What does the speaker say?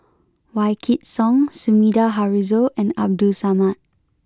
Wykidd Song Sumida Haruzo and Abdul Samad